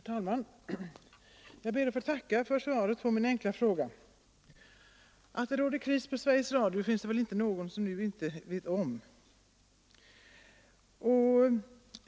Herr talman! Jag ber att få tacka för svaret på min enkla fråga. Det finns väl inte någon som nu inte vet om att det råder kris på Sveriges Radio.